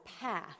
path